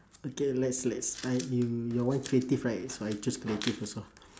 okay let's let's try you your one creative right so I choose creative also